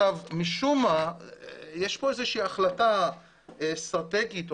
משום מה יש כאן איזושהי החלטה אסטרטגית או